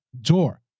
door